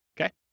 Okay